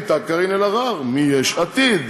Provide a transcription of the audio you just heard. הייתה קארין אלהרר מיש עתיד.